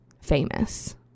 famous